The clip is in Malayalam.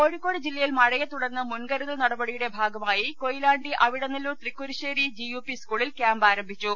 കോഴിക്കോട് ജില്ലയിൽ മഴയെ തുടർന്ന് മുൻകരുതൽ നടപടി യുടെ ഭാഗമായി കൊയിലാണ്ടി അവിട്ടന്ല്ലൂർ തൃക്കുറ്റിശ്ശേരി ജിയുപി സ്കൂളിൽ ക്യാമ്പ് ആരംഭിച്ചു